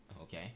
okay